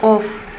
off